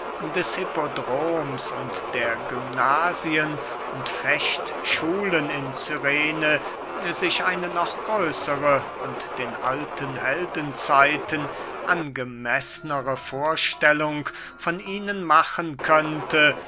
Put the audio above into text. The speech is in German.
und der gymnasien und fechtschulen in cyrene sich eine noch größere und den alten heldenzeiten angemeßnere vorstellung von ihnen machen könnte